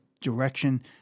direction